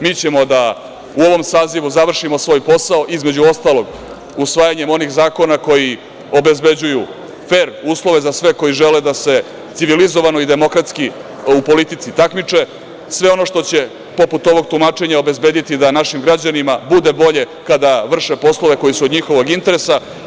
Mi ćemo da u ovom sazivu završimo svoj posao, između ostalog usvajanjem onih zakona koji obezbeđuju fer uslove za sve koji žele da se civilizovano i demokratski u politici takmiče, sve ono što će ono poput ovog tumačenja obezbedi da našim građanima bude bolje kada vrše poslove koji su od njihovog interesa.